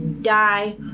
die